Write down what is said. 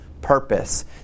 purpose